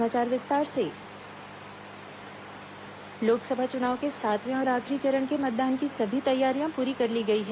सातवां चरण मतदान लोकसभा चुनाव के सातवें और आखिरी चरण के मतदान की सभी तैयारियां पूरी कर ली गई हैं